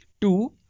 Two